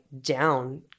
down